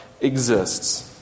exists